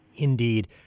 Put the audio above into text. Indeed